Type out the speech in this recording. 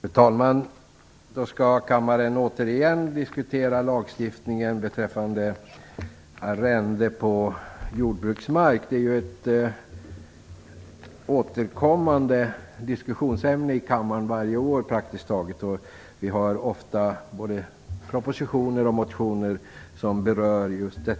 Fru talman! Kammaren skall nu återigen diskutera lagstiftningen beträffande arrende på jordbruksmark. Det är ett praktiskt taget varje år återkommande diskussionsämne i kammaren. Det kommer ofta både propositioner och motioner som berör detta ämne.